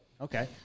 Okay